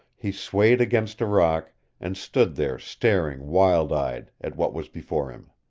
he swayed against a rock and stood there staring wild-eyed at what was before him.